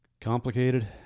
Complicated